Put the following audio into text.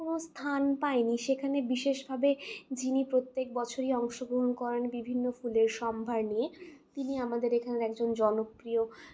কোনও স্থান পাই নি সেখানে বিশেষভাবে যিনি প্রত্যেক বছরই অংশগ্রহণ করেন বিভিন্ন ফুলের সম্ভার নিয়ে তিনি আমাদের এখানে একজন জনপ্রিয়